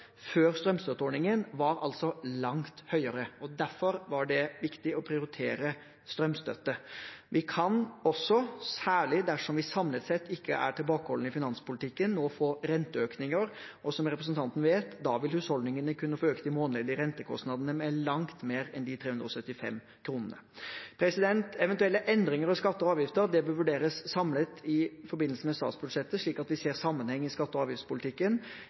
før strømstøtteordningen, var langt høyere. Derfor var det viktig å prioritere strømstøtte. Vi kan også, særlig dersom vi samlet sett ikke er tilbakeholdne i finanspolitikken, nå få renteøkninger. Som representanten vet: Da vil husholdningene kunne få økt de månedlige rentekostnadene med langt mer enn 375 kr. Eventuelle endringer i skatter og avgifter bør vurderes samlet i forbindelse med statsbudsjettet, slik at vi ser sammenhengen i skatte- og avgiftspolitikken.